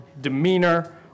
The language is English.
demeanor